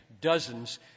dozens